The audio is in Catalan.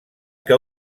que